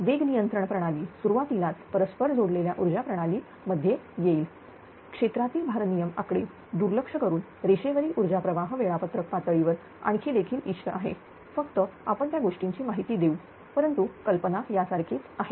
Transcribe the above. वेग नियंत्रण प्रणाली सुरुवातीलाच परस्पर जोडलेल्या ऊर्जा प्रणाली मध्ये येईल क्षेत्रातील भारनियमन आकडे दुर्लक्ष करून रेषेवरील ऊर्जाप्रवाह वेळापत्रक पातळीवर आखणी देखील इष्ट आहे फक्त आपण त्या गोष्टीची माहिती देऊ परंतु कल्पना यासारखी आहे